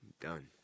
Done